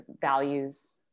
values